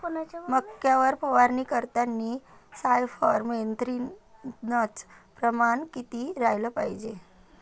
मक्यावर फवारनी करतांनी सायफर मेथ्रीनचं प्रमान किती रायलं पायजे?